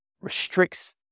restricts